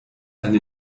eine